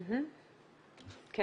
אם